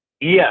Yes